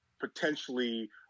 potentially